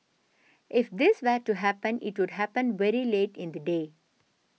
if this were to happen it would happen very late in the day